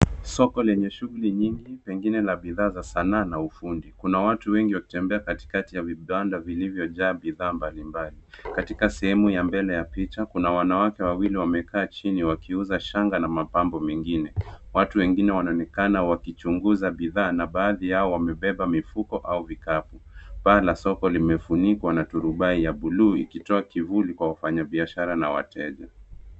Soko lenye shughuli nyingi pengine la bidhaa za sanaa na ufundi. Kuna watu wengi wakitembea katikati ya vibanda vilivyojaa bidhaa mbalimbali. Katika sehemu ya mbele ya picha kuna wanawake wawili wamekaa chini wakiuza shanga na mapambo mengine. Watu wengine wanaonekana wakichunguza bidhaa na baadhi yao wamebeba mifuko au vikapu. Paa la soko limefunikwa na turubai ya buluu ikitoa kivuli kwa wafanyabiashara na wateja.